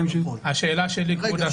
לכן השאלה שלי כבוד השר